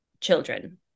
children